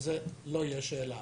על זה לא תהיה שאלה.